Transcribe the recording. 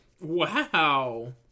Wow